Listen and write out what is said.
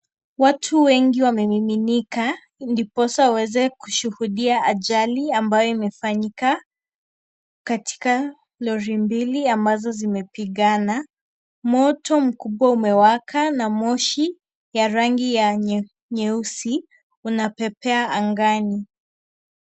Watu wengi wamemiminika ndiposa waweza kushuhudia ajali ambayo imefanyika. Katika lori mbili ambazo zimepigana. Moto mkubwa umewaka na moshi ya rangi ya nyeusi unapepea angani.